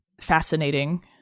fascinating